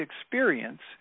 experience